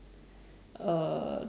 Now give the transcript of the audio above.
uh